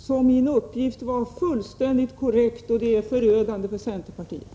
Så mina uppgifter var fullständigt korrekta, och det är förödande för centerpartiet.